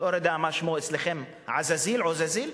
לא יודע מה שמו אצלכם, עזאזיל, עוזאזיל?